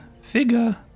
figure